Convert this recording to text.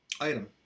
item